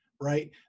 right